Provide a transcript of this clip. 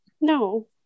No